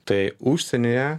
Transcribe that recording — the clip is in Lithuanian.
tai užsienyje